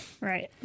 right